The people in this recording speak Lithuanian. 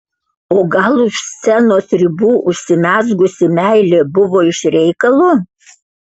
o gal už scenos ribų užsimezgusi meilė buvo iš reikalo